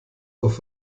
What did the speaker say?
auf